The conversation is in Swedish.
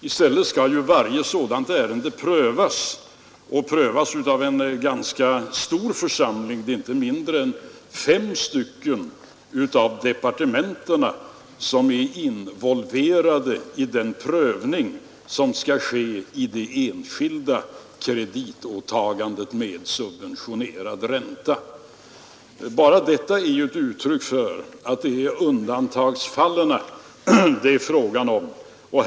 I stället skall varje sådant ärende prövas av en ganska stor församling; det är inte mindre än fem av departementen involverade i den prövning som skall ske i det enskilda kreditåtagandet med subventionerad ränta. Bara detta är ett uttryck för att det är fråga om undantagsfall.